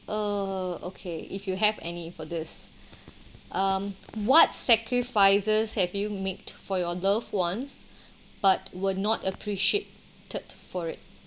err okay if you have any for this um what sacrifices have you made for your loved ones but were not appreciated for it